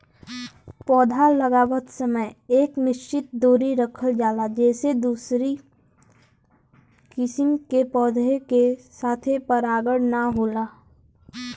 पौधा लगावत समय एक निश्चित दुरी रखल जाला जेसे दूसरी किसिम के पौधा के साथे परागण ना होला